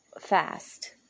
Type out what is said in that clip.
fast